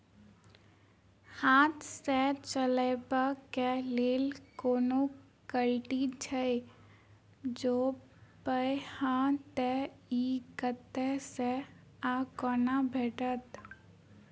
हाथ सऽ चलेबाक लेल कोनों कल्टी छै, जौंपच हाँ तऽ, इ कतह सऽ आ कोना भेटत?